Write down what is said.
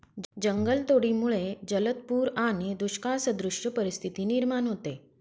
जंगलतोडीमुळे जलद पूर आणि दुष्काळसदृश परिस्थिती निर्माण होते